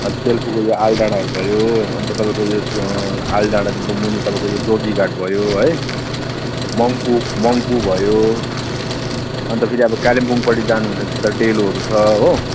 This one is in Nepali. हजुर सेल्पुको यो आलडाँडाहरू भयो अन्त तपाईँको यो आलडाँडादेखिको मुनि तपाईँको यो जोगी घाट भयो है मङ्पु मङ्पु भयो अन्त फेरि अब कालिम्पोङपट्टि जानु हुन्छ भने त्यता डेलोहरू छ हो